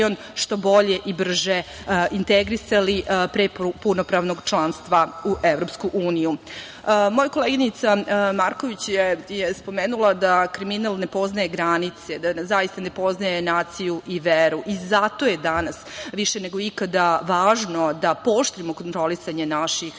što bolje i brže integrisali pre punopravnog članstva u EU.Moja koleginica Marković je spomenula da kriminal ne poznaje granice, da zaista ne poznaje naciju i veru. Zato je danas više nego ikada važno da pooštrimo kontrolisanje naših